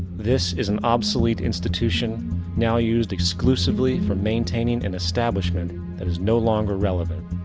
this is an obsolete institution now used exclusively for maintaining an establishment that is no longer relevant.